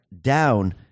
down